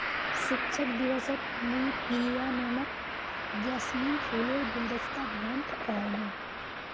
शिक्षक दिवसत मुई प्रिया मैमक जैस्मिन फूलेर गुलदस्ता भेंट करयानू